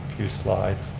few slides.